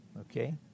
okay